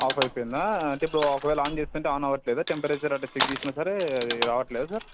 of అయిపోయిందా అంటే ఇప్పుడు ఒకవేళ ఆన్ చేస్తుంటే ఆన్ అవ్వట్లేదా టెంపరేచర్ అట్టా చెక్ చేసిన సరే అది రావట్లేదా సార్